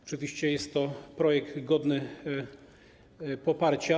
Oczywiście jest to projekt godny poparcia.